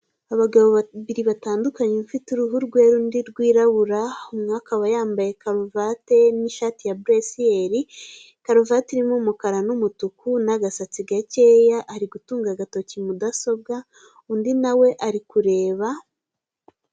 Abagabo babiri batandukanye ufite uruhu rwera undi rwirabura umwe akaba yambaye karuvate n'ishati ya buresiyeri, karuvati irimo umukara n'umutuku n'agasatsi gakeye ari gutunga agatoki mudasobwa undi nawe ari kureba.